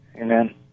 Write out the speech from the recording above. Amen